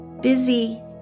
busy